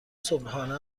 صبحانه